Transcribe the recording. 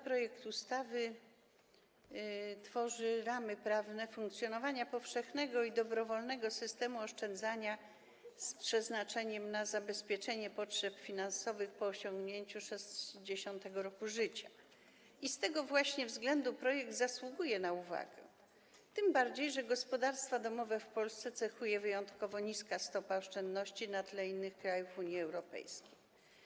Projekt ustawy, nad którym debatujemy, tworzy ramy prawne funkcjonowania powszechnego i dobrowolnego systemu oszczędzania z przeznaczeniem na zabezpieczenie potrzeb finansowych po osiągnięciu 60. roku życia i z tego właśnie względu projekt zasługuje na uwagę, tym bardziej że gospodarstwa domowe w Polsce cechuje wyjątkowo niska stopa oszczędności na tle innych krajów Unii Europejskiej.